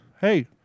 Hey